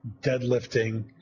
deadlifting